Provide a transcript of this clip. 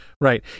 Right